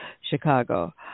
Chicago